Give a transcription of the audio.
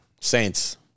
Saints